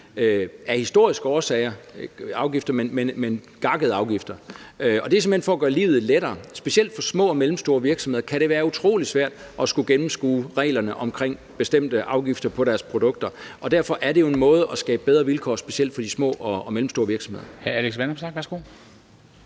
af historiske årsager – gakkede afgifter. Og det er simpelt hen for at gøre livet lettere. Specielt for små og mellemstore virksomheder kan det være utrolig svært at skulle gennemskue reglerne om bestemte afgifter på deres produkter. Og derfor er det en måde at skabe bedre vilkår på, specielt for de små og mellemstore virksomheder.